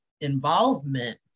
involvement